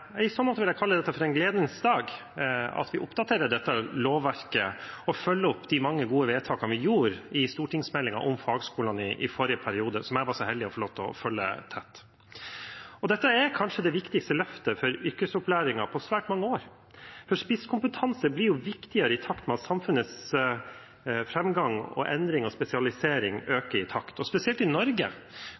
I så måte vil jeg kalle det for en gledens dag at vi nå oppdaterer dette lovverket og følger opp de mange gode vedtakene vi gjorde i stortingsmeldingen om fagskolene i forrige periode, som jeg var så heldig å få lov til å følge tett. Dette er kanskje det viktigste løftet for yrkesopplæringen på svært mange år, for spisskompetanse blir jo viktigere i takt med at samfunnets framgang, endring og spesialisering øker. Spesielt i Norge,